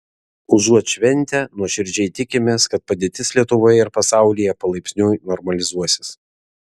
užuot šventę nuoširdžiai tikimės kad padėtis lietuvoje ir pasaulyje palaipsniui normalizuosis